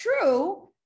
true